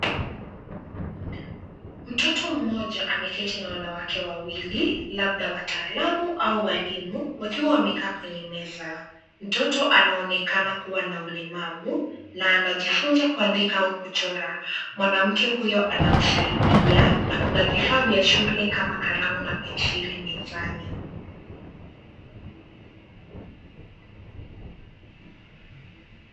Mtoto mmoja ameketi na wanawake wawili labda wataalamu au walimu wakiwa wamekaa kwenye meza. Mtoto anaonekana kuwa na ulemavu na anajifunza kuandika au kuchora. Mwanamke huyo anamsaidia na kuna vifaa vya shule kama kalamu na penseli mezani.